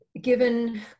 given